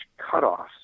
cutoffs